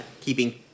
Keeping